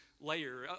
layer